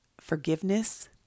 forgiveness